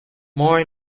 more